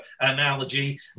analogy